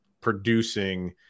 producing